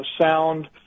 sound